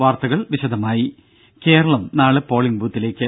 വാർത്തകൾ വിശദമായി കേരളം നാളെ പോളിംഗ് ബൂത്തിലേക്ക്